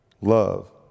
love